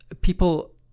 people